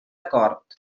acord